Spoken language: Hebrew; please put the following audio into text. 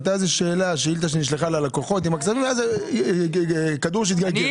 הייתה שאילתה שנשלחה ללקוחות כדור שהתגלגל,